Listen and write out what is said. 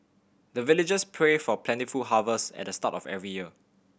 the villagers pray for plentiful harvest at the start of every year